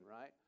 right